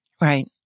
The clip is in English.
Right